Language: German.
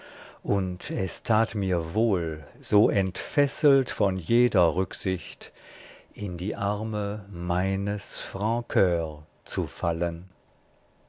und es tat mir wohl so entfesselt von jeder rücksicht in die arme meines francur zu fallen